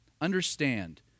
Understand